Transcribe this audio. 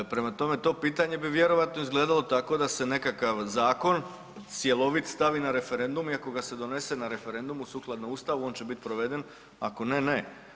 Prema tome to pitanje bi vjerojatno izgledalo tako da se nekakav zakon cjelovit stavi na referendum i ako ga se donese na referendumu sukladno Ustavu on će biti proveden, ako ne, ne.